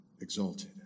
exalted